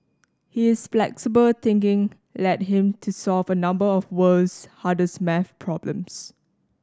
his flexible thinking led him to solve a number of the world's hardest maths problems